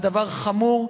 הדבר חמור,